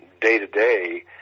day-to-day